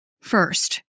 first